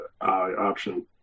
option